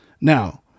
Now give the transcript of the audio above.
now